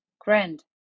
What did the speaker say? Grand